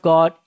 God